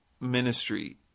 ministry